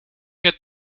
get